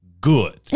good